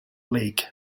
lake